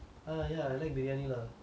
err yeah I like briyani lah